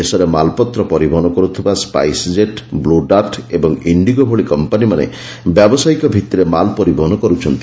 ଦେଶରେ ମାଲ୍ପତ୍ର ପରିବହନ କରୁଥିବା ସ୍କାଇସ କେଟ୍ ବ୍ଲଡାର୍ଟ ଓ ଇଣ୍ଡିଗୋ ଭଳି କମ୍ପାନୀମାନେ ବ୍ୟାବସାୟିକ ଭିତ୍ତିରେ ମାଲ୍ ପରିବହନ କର୍ରଛନ୍ତି